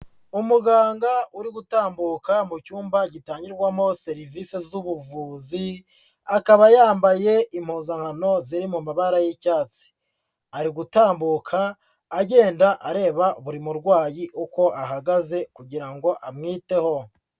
Umuganga uri gutambuka mu cyumba gitangirwamo serivisi z'ubuvuzi, akaba yambaye impuzankano ziri mu mabara y'icyatsi. Ari gutambuka agenda areba buri murwayi uko ahagaze kugira ngo amwiteho.